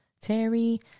Terry